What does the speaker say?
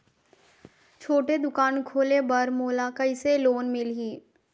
छोटे दुकान खोले बर मोला कइसे लोन मिलही?